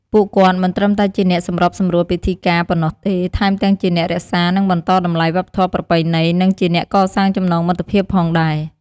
ពួកគាត់មិនត្រឹមតែជាអ្នកសម្របសម្រួលពិធីការប៉ុណ្ណោះទេ ថែមទាំងជាអ្នករក្សា និងបន្តតម្លៃវប្បធម៌ប្រពៃណី និងជាអ្នកកសាងចំណងមិត្តភាពផងដែរ។